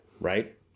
right